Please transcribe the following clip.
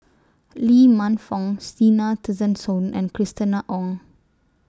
Lee Man Fong Zena Tessensohn and Christina Ong